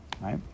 Right